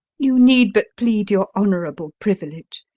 you need but plead your honourable privilege.